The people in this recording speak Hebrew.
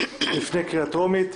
לפני קריאה טרומית: